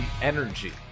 Energy